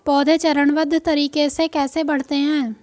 पौधे चरणबद्ध तरीके से कैसे बढ़ते हैं?